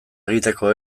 egiteko